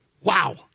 Wow